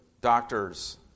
doctors